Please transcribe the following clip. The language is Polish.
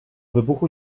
wybuchu